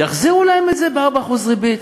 יחזירו את זה ב-4% ריבית.